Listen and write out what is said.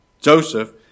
Joseph